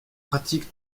pratique